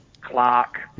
Clark